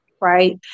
Right